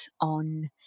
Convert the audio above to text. on